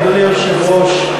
אדוני היושב-ראש,